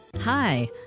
Hi